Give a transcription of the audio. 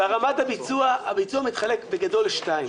ברמת הביצוע, הביצוע מתחלק בגדול לשניים.